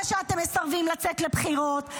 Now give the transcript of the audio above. לא בזה שאתם מסרבים לצאת לבחירות.